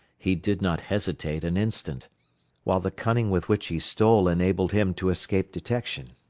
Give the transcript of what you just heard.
he did not hesitate an instant while the cunning with which he stole enabled him to escape detection.